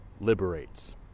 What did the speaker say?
liberates